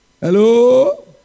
Hello